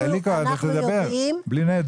אנחנו יודעים.